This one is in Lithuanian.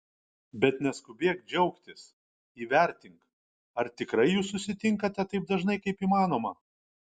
bet neskubėk džiaugtis įvertink ar tikrai jūs susitinkate taip dažnai kaip įmanoma